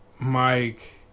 Mike